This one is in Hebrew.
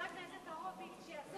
חבר הכנסת הורוביץ, כשיעשו